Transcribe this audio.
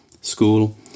School